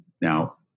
Now